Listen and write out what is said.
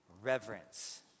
reverence